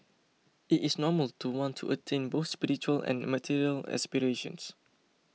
it is normal to want to attain both spiritual and material aspirations